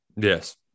Yes